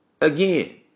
Again